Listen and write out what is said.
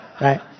right